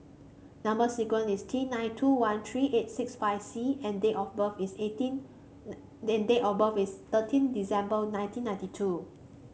number sequence is T nine two one three eight six five C and date of birth is eighteen and date of birth is thirteen December nineteen ninety two